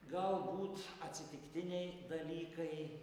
galbūt atsitiktiniai dalykai